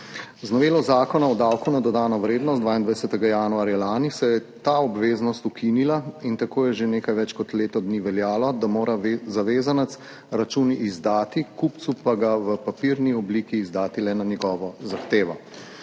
Z novelo zakona o davku na dodano vrednost 22. januarja lani se je ta obveznost ukinila in tako je že nekaj več kot leto dni veljalo, da mora zavezanec račun izdati, kupcu pa ga v papirni obliki izdati le na njegovo zahtevo.